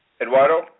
Eduardo